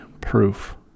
proof